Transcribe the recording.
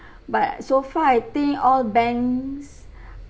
but so far I think all banks